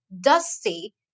dusty